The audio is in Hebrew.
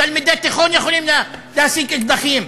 תלמידי תיכון יכולים להשיג אקדחים.